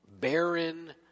barren